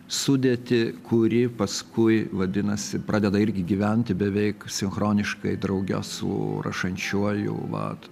sudėtį kuri paskui vadinasi pradeda irgi gyventi beveik sinchroniškai drauge su rašančiuoju vat